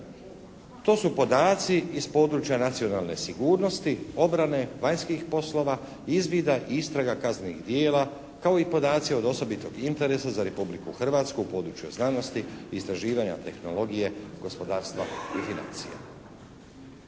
To su podaci iz područja nacionalne sigurnosti, obrane, vanjskih poslova, izvida i istraga kaznenih djela kao i podaci od osobitog interesa za Republiku Hrvatsku u području znanosti, istraživanja, tehnologije, gospodarstva i financija.